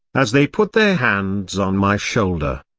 as they put their hands on my shoulder.